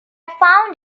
found